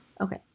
Okay